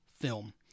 film